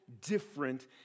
different